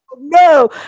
no